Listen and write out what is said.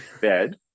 bed